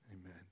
Amen